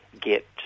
get